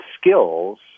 skills